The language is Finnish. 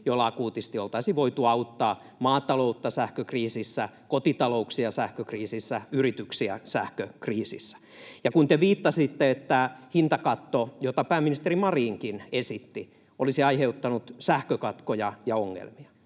joilla akuutisti olisi voitu auttaa maataloutta sähkökriisissä, kotitalouksia sähkökriisissä, yrityksiä sähkökriisissä. Kun te viittasitte, että hintakatto, jota pääministeri Marinkin esitti, olisi aiheuttanut sähkökatkoja ja ongelmia,